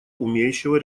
умеющего